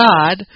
God